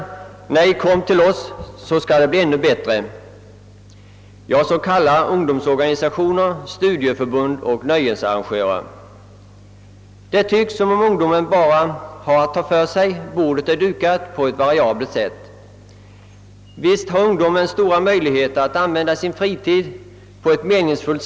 Nej, kom till oss, så skall ni få det i än högre grad! Så kallar ungdomsorganisationer, studieförbund och nöjesarrangörer. Det verkar som om ungdomen bara har att ta för sig. Bordet dukas på varierande sätt. Och visst har ungdomen stora möjligheter att använda sin fritid så att den blir meningsfylld.